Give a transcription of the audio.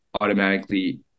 automatically